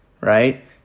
right